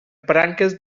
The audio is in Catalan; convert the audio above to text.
branques